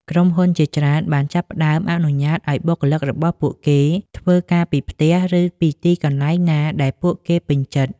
ក្រុមហ៊ុនជាច្រើនបានចាប់ផ្តើមអនុញ្ញាតឱ្យបុគ្គលិករបស់ពួកគេធ្វើការពីផ្ទះ ឬពីទីកន្លែងណាដែលពួកគេពេញចិត្ត។